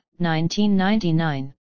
1999